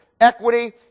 equity